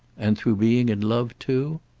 and through being in love too?